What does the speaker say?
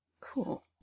Cool